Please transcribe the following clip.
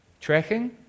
Tracking